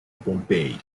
pompeii